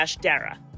dara